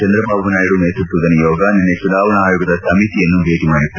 ಚಂದ್ರಬಾಬು ನಾಯ್ಡು ನೇತೃತ್ವದ ನಿಯೋಗ ನಿನ್ನೆ ಚುನಾವಣಾ ಆಯೋಗದ ಸಮಿತಿಯನ್ನು ಭೇಟ ಮಾಡಿತ್ತು